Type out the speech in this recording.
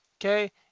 Okay